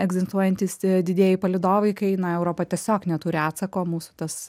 egzistuojantys didieji palydovai kai na europa tiesiog neturi atsako mūsų tas